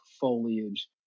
foliage